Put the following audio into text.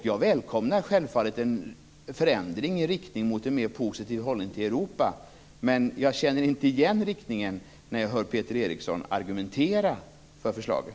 Jag välkomnar självfallet en förändring i riktning mot en mer positiv hållning till Europa, men jag känner inte igen riktningen när jag hör Peter Eriksson argumentera för förslagen.